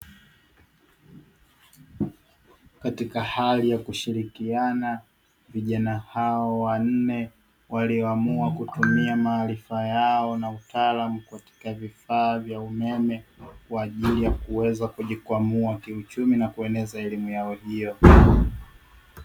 Katika hali ya kushirikiana vijana hawa wanne, walio amua kutumia maarifa yao na utaalamu katika vifaa vya umeme, kwa ajili ya kuweza kujikwamua kiuchumi na kueneza elimu yao hiyo.